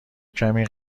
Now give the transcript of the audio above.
کمی